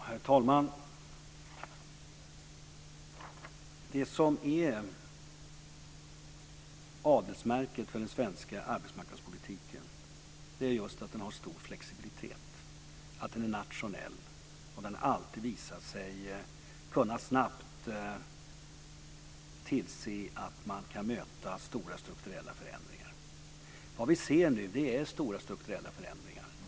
Herr talman! Det som är adelsmärket för den svenska arbetsmarknadspolitiken är just att den har stor flexibilitet och att den är nationell. Och den har alltid visat sig snabbt kunna tillse att man kan möta stora strukturella förändringar. Vad vi nu ser är stora strukturella förändringar.